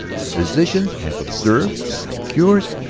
physicians have observed, have made cures!